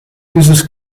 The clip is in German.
dieses